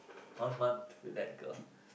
one month with that girl